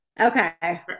Okay